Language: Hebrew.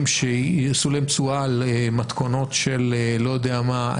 שיעשו להם תשואה למתכונות של לא יודע מה,